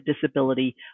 disability